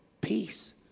peace